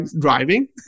driving